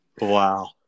Wow